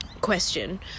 question